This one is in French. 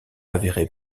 avéré